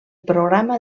programa